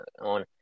on